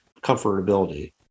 comfortability